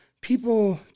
people